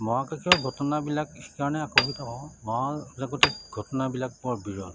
মহাকাশৰ ঘটনাবিলাক সেইকাৰণে আকৰ্ষিত হওঁ ঘটনাবিলাক মৰ বিৰল